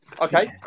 Okay